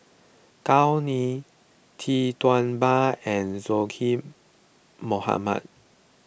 Gao Ning Tee Tua Ba and Zaqy Mohamad